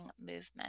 movement